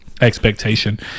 expectation